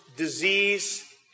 disease